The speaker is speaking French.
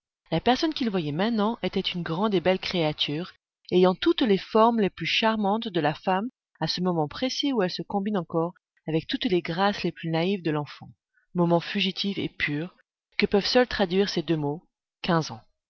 la personne qu'il voyait maintenant était une grande et belle créature ayant toutes les formes les plus charmantes de la femme à ce moment précis où elles se combinent encore avec toutes les grâces les plus naïves de l'enfant moment fugitif et pur que peuvent seuls traduire ces deux mots quinze ans